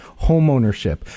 homeownership